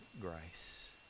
grace